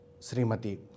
Srimati